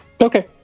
Okay